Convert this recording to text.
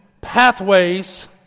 pathways